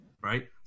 right